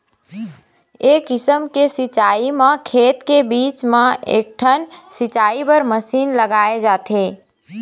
ए किसम के सिंचई म खेत के बीच म एकठन सिंचई बर मसीन लगाए जाथे